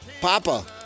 Papa